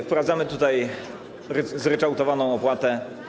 Wprowadzamy tutaj zryczałtowaną opłatę.